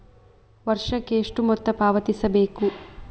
ವರ್ಷಕ್ಕೆ ಎಷ್ಟು ಮೊತ್ತ ಪಾವತಿಸಬೇಕು?